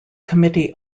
committee